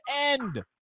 end